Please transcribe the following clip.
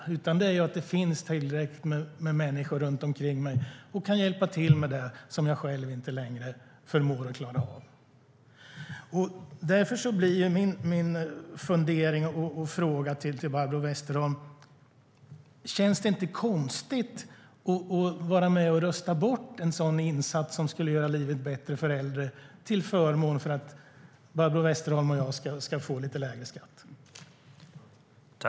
Det viktiga är att det finns tillräckligt många människor runt omkring som kan hjälpa till med det som man inte längre klarar av.